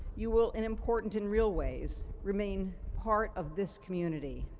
you will, in important and real ways, remain part of this community.